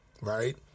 right